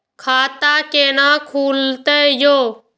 खाता केना खुलतै यो